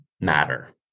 matter